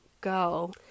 go